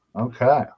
Okay